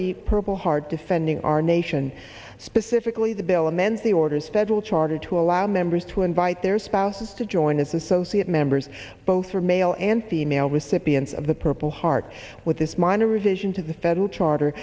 the purple heart defending our nation specifically the bill amend the orders federal charter to allow members to invite their spouses to join as associate members both for male and female recipients of the purple heart with this minor revision to the federal charter